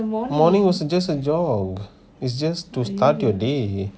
morning was just a jog is just to start your day